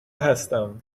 هستم